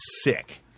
sick